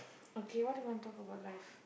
okay what do you want to talk about life